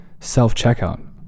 self-checkout